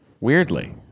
Weirdly